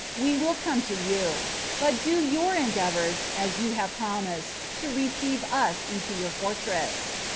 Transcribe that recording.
we will come to you but do your endeavors, as you have promised, to receive us into your fortress.